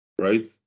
right